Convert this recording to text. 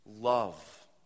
love